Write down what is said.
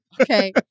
Okay